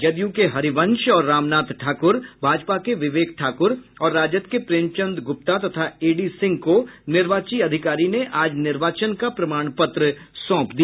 जदयू के हरिवंश और रामनाथ ठाकुर भाजपा के विवेक ठाकुर और राजद के प्रेमचंद गुप्ता तथा एडी सिंह को निर्वाची अधिकारी ने आज निर्वाचन का प्रमाण पत्र सौंप दिया